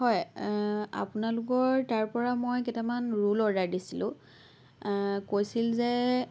হয় আপোনালোকৰ তাৰ পৰা মই কেইটামান ৰোল অৰ্ডাৰ দিছিলোঁ কৈছিল যে